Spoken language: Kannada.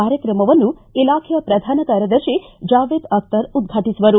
ಕಾರ್ಯಕ್ರಮವನ್ನು ಇಲಾಖೆಯ ಪ್ರಧಾನ ಕಾರ್ಯದರ್ಶಿ ಜಾವೇದ್ ಅಖ್ತರ್ ಉದ್ಘಾಟಿಸುವರು